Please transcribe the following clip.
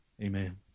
Amen